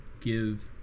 give